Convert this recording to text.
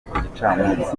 kugica